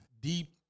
deep